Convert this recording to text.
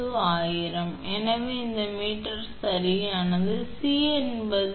4 × 1000 என கணக்கிடப்படுகிறது எனவே சி 1